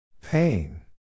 Pain